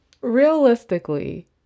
realistically